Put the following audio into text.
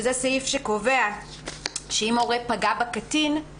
שזה סעיף שקובע שאם הורה פגע בקטין,